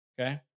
Okay